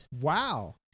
Wow